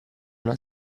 una